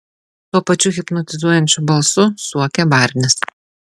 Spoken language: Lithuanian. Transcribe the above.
tuo pačiu hipnotizuojančiu balsu suokė barnis